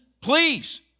please